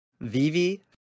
Vivi